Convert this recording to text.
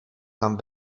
kam